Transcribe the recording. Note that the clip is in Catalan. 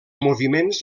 moviments